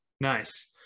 Nice